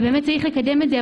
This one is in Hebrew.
וצריך לקדם את זה.